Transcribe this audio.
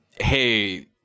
hey